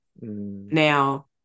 Now